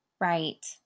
Right